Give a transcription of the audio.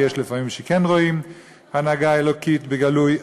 ויש לפעמים שכן רואים הנהגה אלוקית בגלוי.